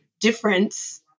difference